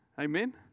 Amen